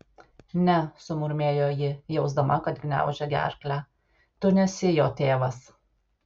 ne sumurmėjo ji jausdama kad gniaužia gerklę tu nesi jo tėvas